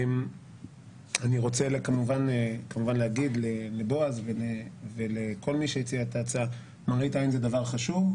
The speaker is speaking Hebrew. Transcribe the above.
אני רוצה להגיד לבועז לגבי ההצעה שתיאר: מראית עין זה דבר חשוב,